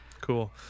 Cool